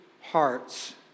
hearts